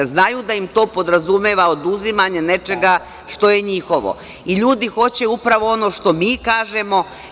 Znaju da to podrazumeva oduzimanje nečega što je njihovo i ljudi hoće upravo ono što mi kažemo.